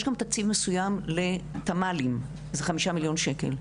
יש כאן תקציב מסוים לתמ"לים זה חמישה מיליון שקל.